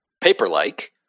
Paper-like